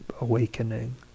awakening